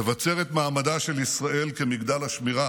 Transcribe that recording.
נבצר את מעמדה של ישראל כמגדל השמירה